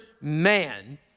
man